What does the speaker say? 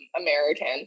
American